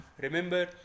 remember